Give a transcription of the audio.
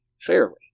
fairly